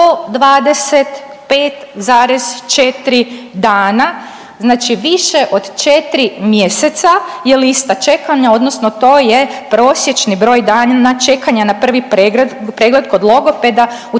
125,4 dana. Znači više od 4 mjeseca je lista čekanja odnosno to je prosječni broj dana čekanja na prvi pregled kod logopeda u